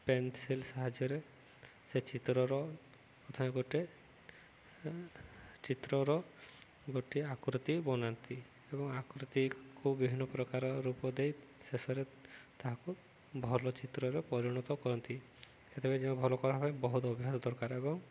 pencil ସାହାଯ୍ୟରେ ସେ ଚିତ୍ରର ପ୍ରଥମେ ଗୋଟେ ଚିତ୍ରର ଗୋଟିଏ ଆକୃତି ବନାନ୍ତି ଏବଂ ଆକୃତିକୁ ବିଭିନ୍ନ ପ୍ରକାର ରୂପ ଦେଇ ଶେଷରେ ତାହାକୁ ଭଲ ଚିତ୍ରରେ ପରିଣତ କରନ୍ତି ସେଥି ଭଲ କର ପାଇଁ ବହୁତ ଅଭ୍ୟାସ ଦରକାର ଏବଂ